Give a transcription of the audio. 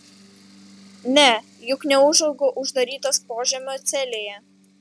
ne juk neūžauga uždarytas požemio celėje